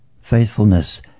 Faithfulness